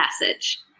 message